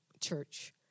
church